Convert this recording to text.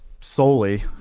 solely